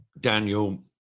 Daniel